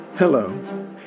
Hello